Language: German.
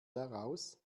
daraus